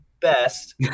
best